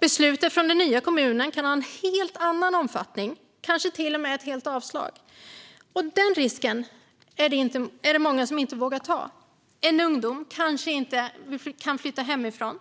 Beslutet från den nya kommunen kan ha en helt annan omfattning, eller kanske till och med vara ett helt avslag. Den risken är det många som inte vågar ta. En ung person kanske inte kan flytta hemifrån.